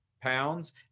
pounds